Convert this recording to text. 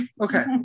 Okay